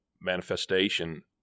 manifestation